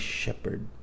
shepherd